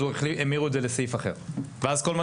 אז המירו את זה לסעיף אחר ואז כל מה